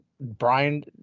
Brian